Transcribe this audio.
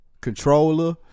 Controller